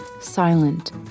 silent